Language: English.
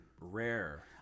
rare